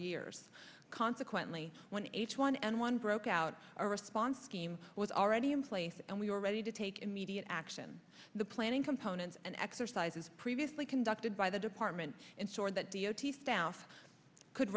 years consequently when h one n one broke out our response team was already in place and we were ready to take immediate action the planning component and exercises previously conducted by the department ensure that the o t staff could